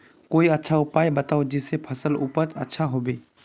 कोई अच्छा उपाय बताऊं जिससे फसल उपज अच्छा होबे